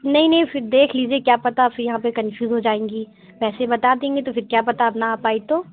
نہیں نہیں پھر دیکھ لیجیے کیا پتہ پھر یہاں پہ کنفیوز ہو جائیں گی ویسے بتادیں گے تو پھر کیا پتہ آپ نہ آ پائی تو